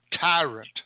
tyrant